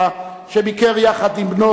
שביקר יחד עם בנו,